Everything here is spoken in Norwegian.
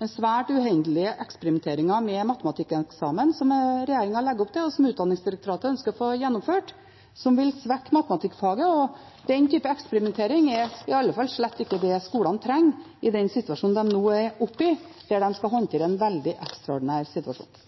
den svært uheldige eksperimenteringen med matematikkeksamenen som regjeringen legger opp til, og som Utdanningsdirektoratet ønsker å få gjennomført, som vil svekke matematikkfaget. Den typen eksperimentering er i alle fall slett ikke det skolene trenger i den situasjonen de nå er oppe i, der de skal håndtere en veldig ekstraordinær situasjon.